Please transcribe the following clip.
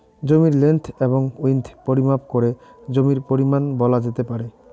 জমির লেন্থ এবং উইড্থ পরিমাপ করে জমির পরিমান বলা যেতে পারে